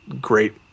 great